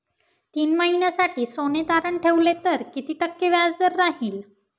तीन महिन्यासाठी सोने तारण ठेवले तर किती टक्के व्याजदर राहिल?